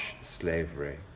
slavery